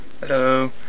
Hello